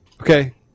Okay